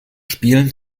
spielen